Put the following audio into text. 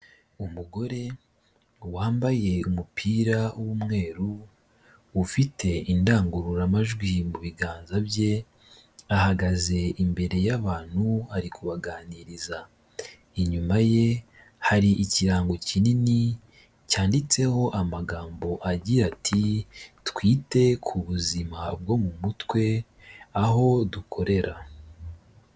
Umugore wambaye umupira w'umweru, ufite indangururamajwi mu biganza bye, ahagaze imbere y'abantu ari kubaganiriza, inyuma ye hari ikirango kinini cyanditseho amagambo agira ati " Twite ku buzima bwo mu mutwe aho dukorera."